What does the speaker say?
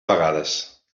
vegades